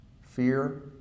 fear